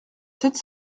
sept